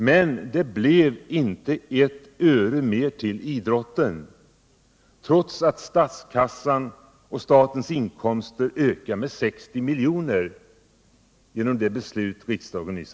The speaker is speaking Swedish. Det blev alltså inte ett öre mer till idrotten, trots att statskassan och statens inkomster ökar med 60 milj.kr. genom det här riksdagsbeslutet.